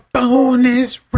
Bonus